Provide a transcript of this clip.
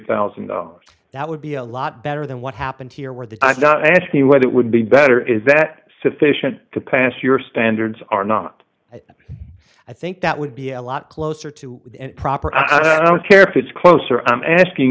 thousand dollars that would be a lot better than what happened here where the ask me whether it would be better is that sufficient to pass your standards are not i think that would be a lot closer to proper i don't care if it's closer i'm asking